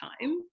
time